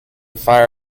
fire